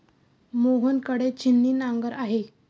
मोहन कडे छिन्नी नांगर आहे